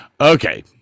Okay